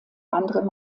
anderem